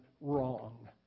wrong